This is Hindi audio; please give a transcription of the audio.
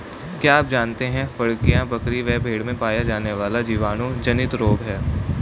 क्या आप जानते है फड़कियां, बकरी व भेड़ में पाया जाने वाला जीवाणु जनित रोग है?